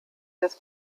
des